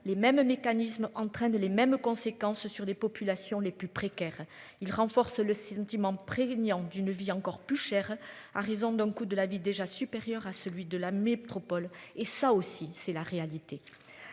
les mêmes mécanismes entraîne les mêmes conséquences sur les populations les plus précaires. Il renforce le sentiment prégnant d'une vie encore plus cher à raison d'un coût de la vie déjà supérieur à celui de la métropole et ça aussi c'est la réalité,